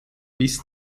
bis